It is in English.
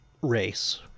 race